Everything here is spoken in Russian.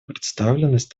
представленность